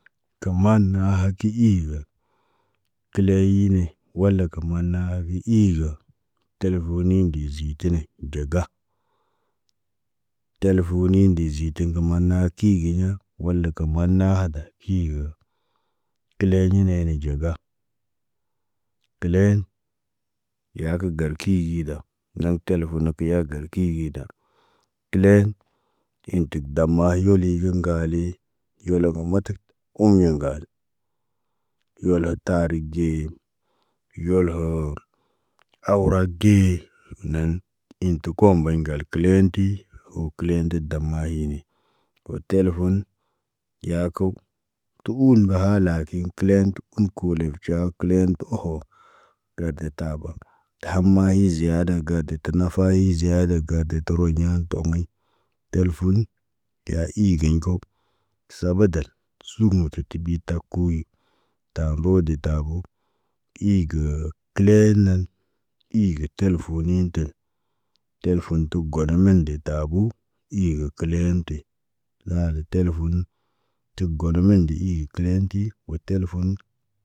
Kuma naha ki iigə. Kileyy ne, wala kə maanna, ki izə. Telefoni ndi ziitene ɟaga. Telefoni ndiziten kə maanna ki gigiɲa, wala kə manna hada ki gə. Teleɲinene ɟaba. Təleen, yaa kə garki gida, laŋg telefona ki ya gr kiyi da. Təleen, intig damma yole kə ŋgali, yolog matak umyon ŋgal, yulot tari ɟe yolho awrag ge. Naan, in tə ko mbaɲ galək kileenti, wo kileenti dama hini, wo telefon, yaakow tu uun baha lakin. Kilẽtu un kule ɟaw kilẽtu oho. Gə də tabə, tahamayi ziyada gada tafayi ziyada gadato toroɲa tə ogmaɲ. Teləfun, ya igiɲ ko, sabadal, suuk mutuk kiɓi takuyi. Taboŋ de tabo, iigə kəle nan, ig teləfoni tə, teləfon tə goɗemen de tabu, igə kileene. Laale teləfun, təgonmen nde i kilenti, wo telefon.